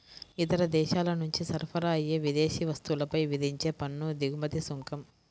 ఇతర దేశాల నుంచి సరఫరా అయ్యే విదేశీ వస్తువులపై విధించే పన్ను దిగుమతి సుంకం